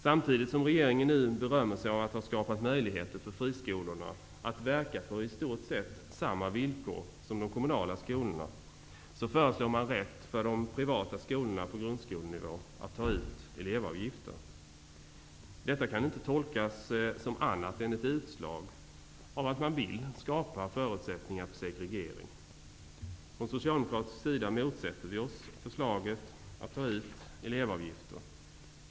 Samtidigt som regeringen nu berömmer sig av att ha skapat möjligheter för friskolorna att verka på i stort sett samma villkor som de kommunala skolorna, föreslås nu att de privata skolorna på grundskolenivå skall ges rätt att ta ut elevavgifter. Detta kan inte tolkas som annat än ett utslag för att man vill skapa förutsättningar för segregring. Från socialdemokratisk sida motsätter vi oss förslaget att ta ut elevavgifter.